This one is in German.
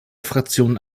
fraktionen